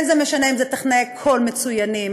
לא משנה אם זה טכנאי קול מצוינים,